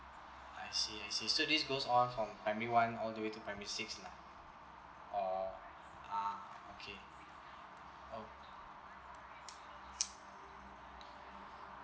I see I see so this goes on from primary one all the way to primary six lah or ah okay oh